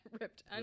ripped